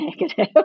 negative